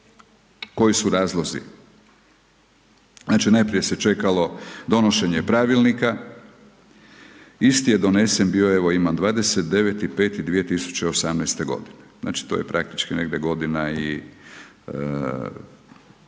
koji su razlozi? Znači, najprije se čekalo donošenje Pravilnika, isti je donesen bio, evo imam, 29.05.2018. godine, znači to je praktički negdje godina i,